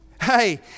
Hey